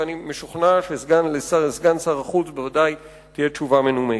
ואני משוכנע שלסגן שר החוץ בוודאי תהיה תשובה מנומקת,